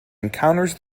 encounters